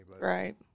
Right